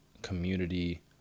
community